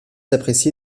apprécié